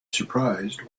surprised